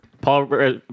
Paul